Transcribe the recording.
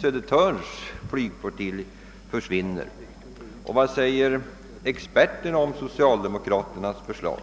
Södertörns flygflottilj försvinner emellertid, och vad säger experterna om s0 cialdemokraternas förslag?